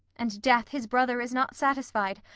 and death, his brother, is not satisfied,